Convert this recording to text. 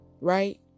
right